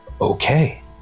okay